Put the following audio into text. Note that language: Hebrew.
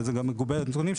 וזה גם מגובה ונתונים,